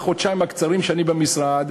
בחודשיים הקצרים שאני במשרד,